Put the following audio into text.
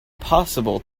possible